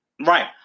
Right